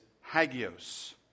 hagios